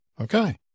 Okay